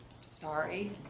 sorry